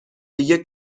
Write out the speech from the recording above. دیگه